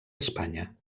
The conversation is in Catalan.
espanya